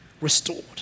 restored